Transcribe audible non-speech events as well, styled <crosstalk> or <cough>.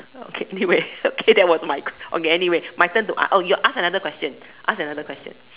okay <laughs> anyway okay that was my okay anyway my turn to ask oh you ask another question ask another question